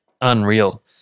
unreal